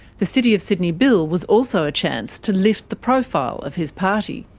the city of sydney bill was also a chance to lift the profile of his party.